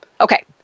Okay